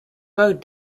road